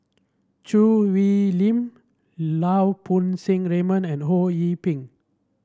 Choo Hwee Lim Lau Poo Seng Raymond and Ho Yee Ping